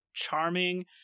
charming